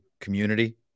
community